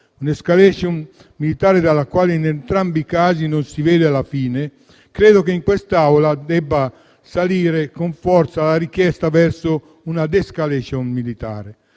un'*escalation* militare di cui, in entrambi i casi, non si vede la fine, credo che in quest'Aula debba salire con forza la richiesta verso una *de-escalation* militare,